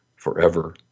forever